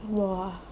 !wah!